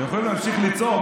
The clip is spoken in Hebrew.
אתם יכולים להמשיך לצעוק,